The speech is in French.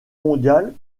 mondiale